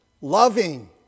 loving